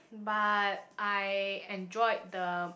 but I enjoyed the